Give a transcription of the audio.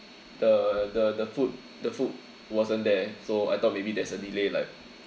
the the the food the food wasn't there so I thought maybe there's a delay like